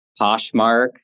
Poshmark